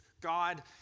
God